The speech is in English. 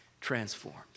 transformed